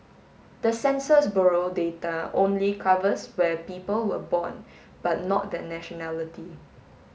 the Census Bureau data only covers where people were born but not their nationality